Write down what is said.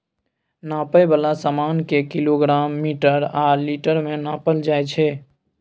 नापै बला समान केँ किलोग्राम, मीटर आ लीटर मे नापल जाइ छै